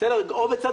או בצד